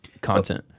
content